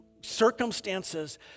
circumstances